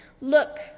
look